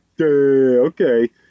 okay